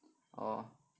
orh